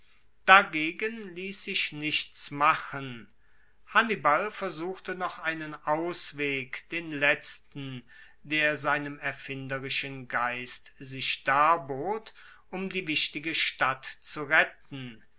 dagegen liess sich nichts machen hannibal versuchte noch einen ausweg den letzten der seinem erfinderischen geist sich darbot um die wichtige stadt zu retten